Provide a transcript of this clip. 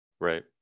Right